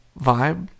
vibe